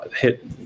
hit